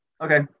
Okay